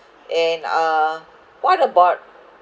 and uh what about